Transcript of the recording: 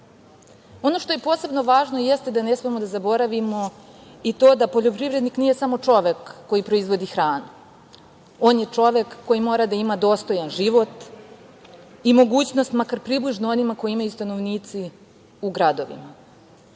što je posebno važno jeste da ne smemo da zaboravimo i to da poljoprivrednik nije samo čovek koji proizvodi hranu, on je čovek koji mora da ima dostojan život i mogućnost makar približno onima koji imaju stanovnici u gradovima.